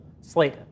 slate